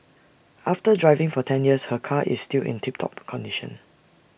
after driving for ten years her car is still in tip top condition